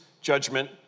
judgment